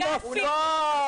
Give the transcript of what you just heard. הוא נפל.